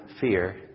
fear